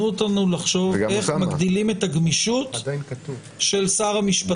אותנו לחשוב איך מגדילים את הגמישות של שר המשפטים.